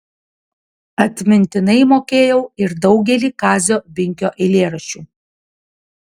atmintinai mokėjau ir daugelį kazio binkio eilėraščių